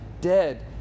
dead